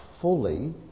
fully